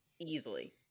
easily